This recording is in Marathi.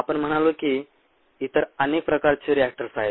आपण म्हणलो की इतर अनेक प्रकारचे रिएक्टर्स आहेत